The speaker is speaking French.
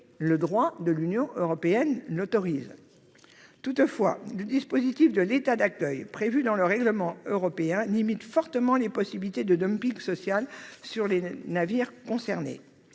le droit de l'Union européenne l'autorise. Toutefois, le dispositif de l'État d'accueil, prévu par un règlement européen, limite fortement les possibilités de dumping social sur les navires concernés.